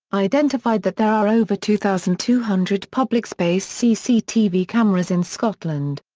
identified that there are over two thousand two hundred public space cctv cameras in scotland.